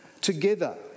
together